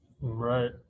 Right